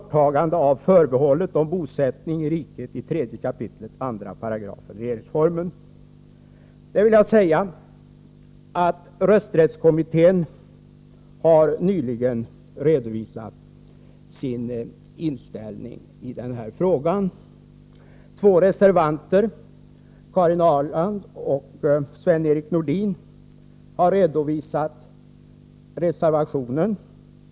Till detta vill jag säga att rösträttskommittén nyligen har redovisat sin inställning i den här frågan. Karin Ahrland och Sven-Erik Nordin har här redogjort för reservationen.